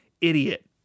idiot